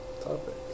topic